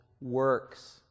works